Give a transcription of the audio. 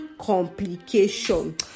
complication